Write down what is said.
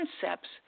concepts